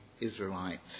Israelites